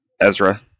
Ezra